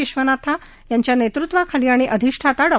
विश्वनाथा यांच्या नेतृत्वाखाली आणि अधिष्ठाता डॉ